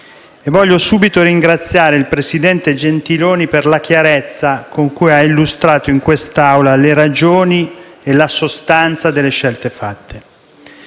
Voglio subito ringraziare il presidente Gentiloni Silveri per la chiarezza con cui ha illustrato in questa Aula le ragioni e la sostanza delle scelte fatte.